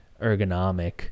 ergonomic